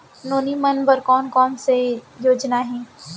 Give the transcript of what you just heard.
नोनी मन बर कोन कोन स योजना हे?